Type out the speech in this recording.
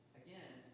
again